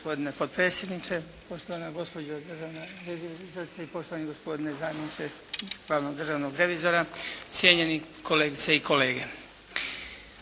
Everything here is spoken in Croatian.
Hvala